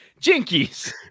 Jinkies